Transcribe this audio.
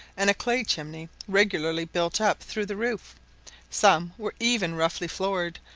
and a clay chimney regularly built up through the roof some were even roughly floored,